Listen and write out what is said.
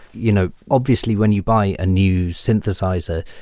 you know obviously, when you buy a new synthesizer,